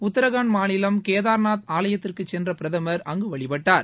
உத்திரகான்ட் மாநிலம் கேதர்நாத் ஆலயத்திற்குச் சென்ற பிரதமர் அங்கு வழிபட்டார்